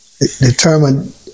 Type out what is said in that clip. determined